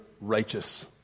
righteous